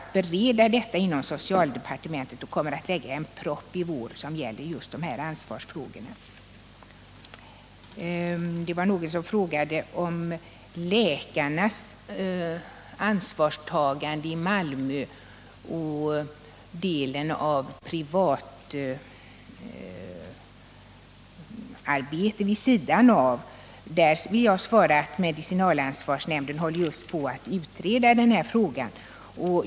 Vi bereder f. n. ärendet inom socialdepartementet, och vi kommer att lägga fram en proposition i vår som gäller just dessa ansvarsfrågor. Beträffande läkarnas ansvarstagande i Malmö och delen av privat arbete vid sidan av det offentliga vill jag säga att medicinalansvarsnämnden just håller på att utreda frågan.